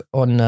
on